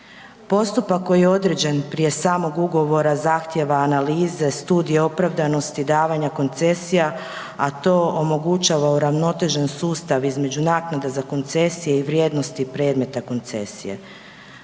Postupak koji je određen prije samog ugovora zahtjeva analize, studije opravdanosti i davanja koncesija, a to omogućava uravnotežen sustav između naknade za koncesije i vrijednosti predmeta koncesije.